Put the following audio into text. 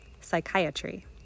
Psychiatry